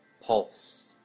pulse